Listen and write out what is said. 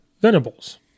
Venables